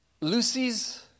Lucy's